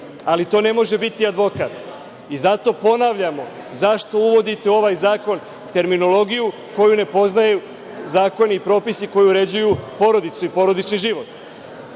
ali to ne može biti advokat. Zato ponavljamo – zašto uvodite u ovaj zakon terminologiju koju ne poznaju zakoni i propisi koji uređuju porodicu i porodični život?